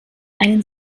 einen